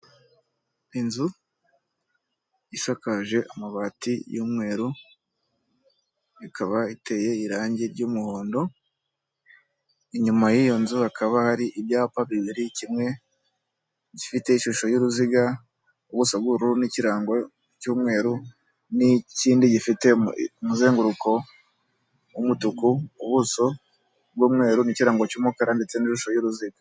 Inzu isakaje amabati y'umweru, ikaba iteye irange ry'umuhondo, inyuma y'iyo nzu, hakaba hari ibyapa bibiri, kimwe gifite ishusho y'uruziga, ubuso bw'ubururu n'ikirango cy'umweru n'ikindi gifite umuzenguruko w'umutuku, ubuso bw'umweru n'ikirango cy'umukara ndetse n'ishusho y'uruziga.